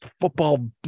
football